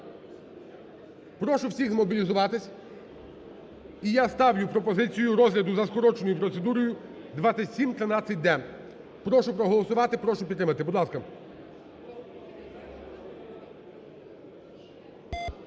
Прошу всіх змобілізуватись, і я ставлю пропозицію розгляду за скороченою процедурою 2713-д. Прошу проголосувати, прошу підтримати, будь ласка.